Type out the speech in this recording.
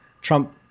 Trump